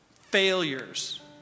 failures